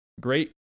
Great